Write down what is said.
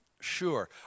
Sure